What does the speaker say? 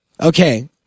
Okay